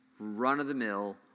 run-of-the-mill